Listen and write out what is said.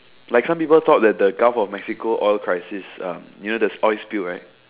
like some people thought that the Gulf of Mexico oil crisis um you know the oil spill right